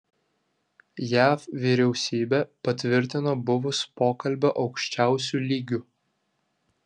jav vyriausybė patvirtino buvus pokalbio aukščiausiu lygiu